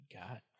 God